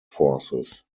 forces